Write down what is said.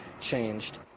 changed